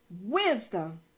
Wisdom